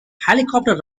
helicopter